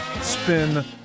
spin